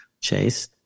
Chase